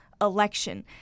election